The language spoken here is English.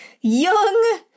young